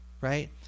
right